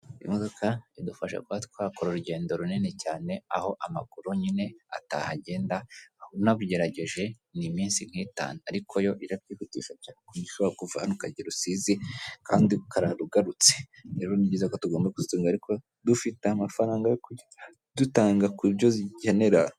Imodoka idufasha kuba twakora urugendo runini cyane aho amaguru nyine atahagenda waba unabigerageje ni iminsi nk'itanu, ariko yo irakwihutisha cyane ku buryo nushobora kuva hano ukajya i Rusizi kandi ukarara ugarutse rero ni byiza ko tugomba kuzitunga ariko dufite amafaranga yo dutanga ku byo zikenera.